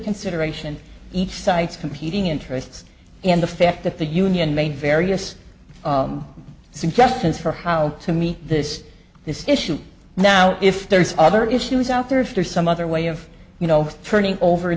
consideration each side's competing interests and the fact that the union made various suggestions for how to meet this this issue now if there are other issues out there if there's some other way of you know turning over